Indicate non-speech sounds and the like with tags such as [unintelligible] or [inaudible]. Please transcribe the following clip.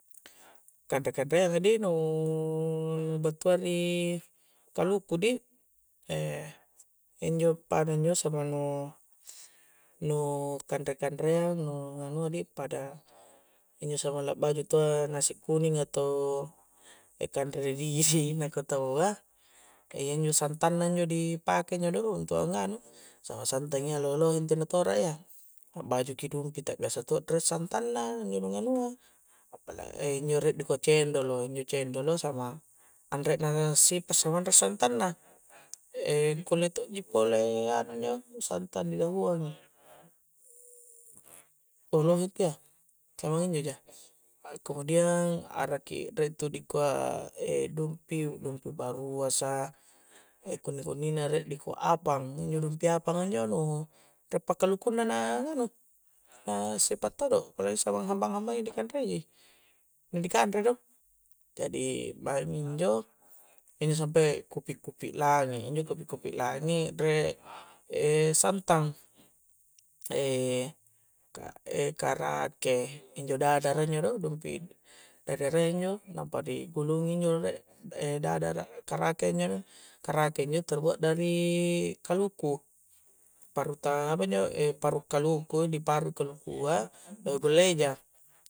Kanre-kanreanga di' nu' battua ri kaluku di' e' injo' pada injo' samang nu', nu' kanre-kanreang nu' anua di' pada' samang la baju' tawwa nasi kuninga atau kanre [unintelligible] naku' tawwa, iya injo' santangna njo' di pake' njo do', untuk a'nganu, samang santangi' lo'-lohe' intu' na tora' ya a'bajuki dumpi' ta, biasa to' re' santanna [unintelligible] nganua', palagi re' dikua' cendolo, injo' cendelo samang anre' na sipa' samang anre' santanna e' kulle to'ji pole, iya nu injo' santang' ni dahunga'i e' lohe intu' ya kah maeng injo' ja a kemudian a'raki re' itu di kua', e' dumpi' intu baruasa' kunni-kunni na re' dikua' apang, injo' dumpi apang anjo' nu' re'pa kaluku' na, na nganu na sipa' todo palagi samang hambang-hambangi di kanre peye' nu' ka di kandre do, jadi' maeng mi injo' injo' sampae' kupi'-kupi' langi' injo' kupi'-kupi' langi' re' e' santang, e' kah [hesitation] karake, injo' dadara njo do, dumpi', dadara njo' nampa di' gulungi njo' re' e' dadara karake njo do, karake njo terbuat dari kaluku paruka' apa injo', e' paru' kaluku' di paru' kaluku'a kulleija.